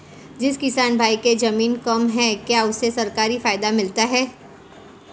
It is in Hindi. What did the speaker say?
जिस किसान भाई के ज़मीन कम है क्या उसे सरकारी फायदा मिलता है?